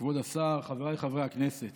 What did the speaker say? כבוד השר, חבריי חברי הכנסת,